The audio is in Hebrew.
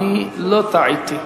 אני לא טעיתי.